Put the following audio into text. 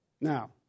Now